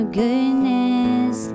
goodness